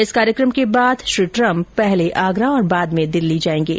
इस कार्यक्रम के बाद ट्रम्प पहले आगरा और बाद में दिल्ली जायेंगे